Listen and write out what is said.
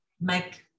make